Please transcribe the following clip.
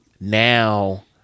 now